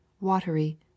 watery